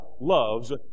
loves